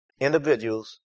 individuals